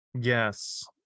yes